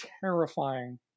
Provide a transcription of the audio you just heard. terrifying